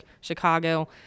Chicago